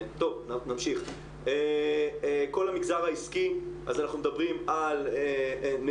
אבל נניח שהמדינה הייתה אומרת - אני